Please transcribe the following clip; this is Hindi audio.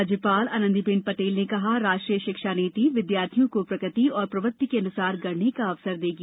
राज्यपाल आनंदी बेन पटेल ने कहा राष्ट्रीय शिक्षा नीति विद्यार्थियों को प्रकृति और प्रवृत्ति के अनुसार गढ़ने का अवसर देगी